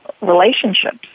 relationships